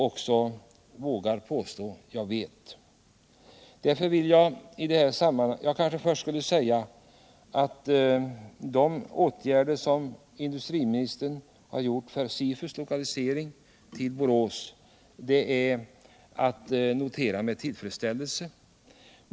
Jag vågar påstå att jag vet det. De åtgärder som regeringen har vidtagit för SIFU:s lokalisering till Borås är att notera med tillfredsställelse.